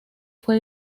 fue